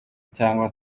cyangwa